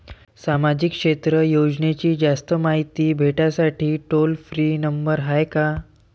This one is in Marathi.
सामाजिक क्षेत्र योजनेची जास्त मायती भेटासाठी टोल फ्री नंबर हाय का?